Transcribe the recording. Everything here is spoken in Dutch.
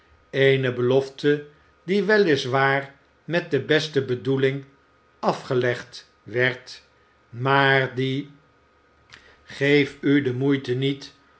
eene belofte die we is waar met de beste bedoeling afge egd werd maar die geef u de moeite niet